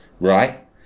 right